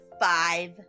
five